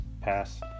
pass